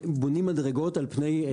בונים מדרגות על פני,